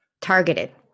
targeted